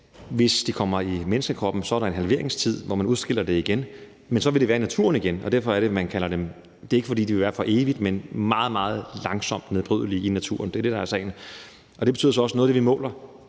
hvis det kommer i menneskekroppen, er en halveringstid, som betyder, at man udskiller det igen, men at det så vil være i naturen igen, og det er derfor, man kalder dem for evighedskemikalier. Det er ikke, fordi de vil være der for evigt, men de er meget, meget langsomt nedbrydelige i naturen. Det er jo det, der er sagen, og det betyder så også, at noget af det, som vi måler,